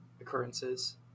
occurrences